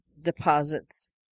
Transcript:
deposits